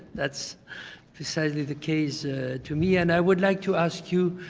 that's precisely the case to me. and i would like to ask you